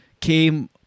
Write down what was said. came